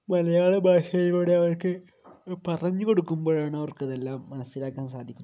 മലയാള ഭാഷയിലൂടെ അവർക്കു പറഞ്ഞു കൊടുക്കുമ്പോഴാണ് അവർക്കതെല്ലാം മനസ്സിലാക്കാൻ സാധിക്കുന്നത്